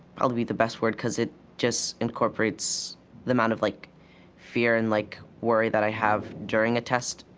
probably the best word cause it just incorporates the amount of like fear and like worry that i have during a test.